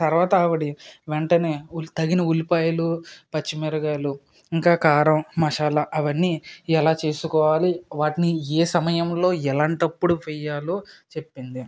తరువాత ఆవిడి వెంటనే తగిన ఉల్లిపాయలు పచ్చిమిరకాయలు ఇంకా కారం మసాలా అవన్నీ ఎలా చేసుకోవాలి వాటిని ఏ సమయంలో ఎలాంటప్పుడు వేయాలో చెప్పింది